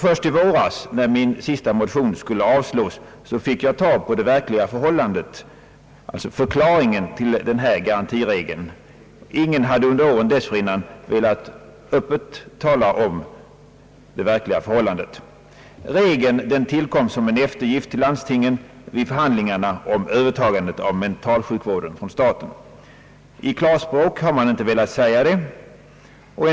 Först i våras, när min sista motion skulle avslås, fick jag den verkliga förklaringen till denna märkliga garantiregel. Ingen har under åren dessförinnan öppet velat tala om det verkliga förhållandet. Regeln tillkom som en eftergift till landstingen vid förhandlingarna om övertagandet av mentalsjukvården från staten. I klarspråk har man inte velat säga detta.